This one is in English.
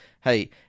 hey